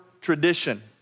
tradition